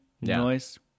noise